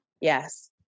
yes